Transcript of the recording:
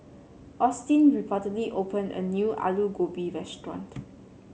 Austin opened a new Alu Gobi restaurant